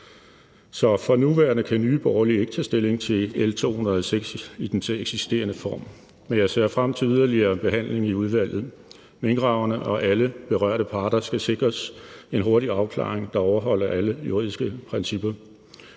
så for nuværende kan Nye Borgerlige ikke tage stilling til L 206 i den eksisterende form. Men jeg ser frem til yderligere behandling i udvalget. Minkavlerne og alle berørte parter skal sikres en hurtig afklaring, der overholder alle juridiske principper.